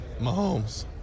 Mahomes